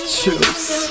choose